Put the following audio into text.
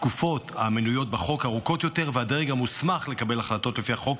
התקופות המנויות בחוק ארוכות יותר והדרג המוסמך לקבל החלטות לפי החוק,